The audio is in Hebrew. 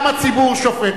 גם הציבור שופט,